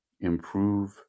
improve